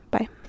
Bye